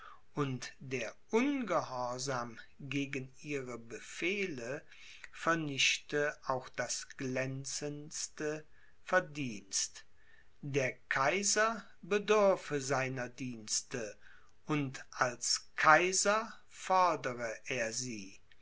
und der ungehorsam gegen ihre befehle vernichte auch das glänzendste verdienst der kaiser bedürfe seiner dienste und als kaiser fordere er sie